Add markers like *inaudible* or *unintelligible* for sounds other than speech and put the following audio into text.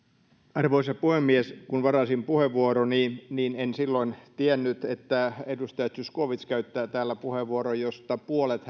arvoisa puhemies kun varasin puheenvuoroni niin en silloin tiennyt että edustaja zyskowicz käyttää täällä puheenvuoron josta puolet *unintelligible*